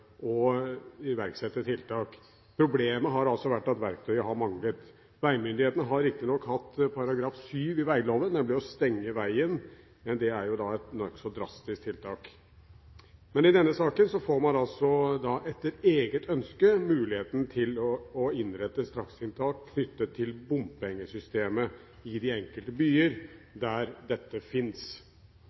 å iverksette tiltak. Problemet har vært at verktøyet har manglet. Veimyndighetene har riktignok kunnet bruke § 7 i veitrafikkloven, nemlig å stenge veien, men det er jo et nokså drastisk tiltak. I denne saken får man altså etter eget ønske muligheten til å innrette strakstiltak knyttet til bompengesystemet i de enkelte byer der dette